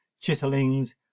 chitterlings